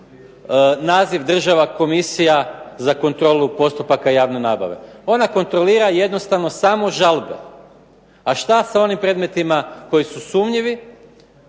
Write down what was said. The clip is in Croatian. naziv Državna komisija za kontrolu postupaka javne nabave? Ona kontrolira jednostavno samo žalbe. A šta je sa onim predmetima koji su sumnjivi